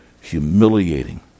humiliating